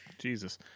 Jesus